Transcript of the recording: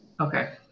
Okay